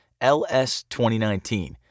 LS2019